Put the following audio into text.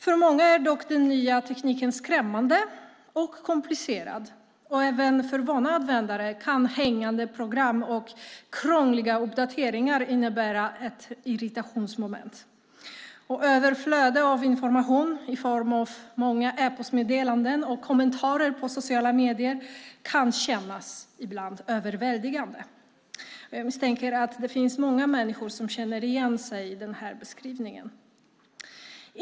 För många är dock den nya tekniken skrämmande och komplicerad, och även för vana användare kan hängande program och krångliga uppdateringar innebära ett irritationsmoment. Ett överflöd av information i form av många e-postmeddelanden och kommentarer på sociala medier kan ibland kännas överväldigande. Jag misstänker att det finns många människor som känner igen sig i den här beskrivningen.